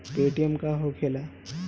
Paytm का होखेला?